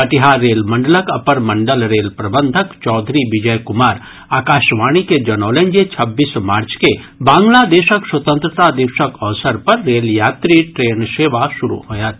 Katihar rail मंडलक अपर मंडल रेल प्रबंधक चौधरी विजय कुमार आकाशवाणी के जनौलनि जे छब्बीस मार्च के बांग्लादेशक स्वतंत्रता दिवसक अवसर पर रेल यात्री ट्रेन सेवा शुरू होयत